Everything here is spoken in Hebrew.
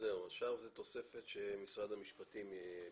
יש תוספת שביקש משרד המשפטים.